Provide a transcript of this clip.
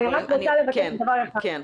אני רק רוצה לבקש דבר אחד.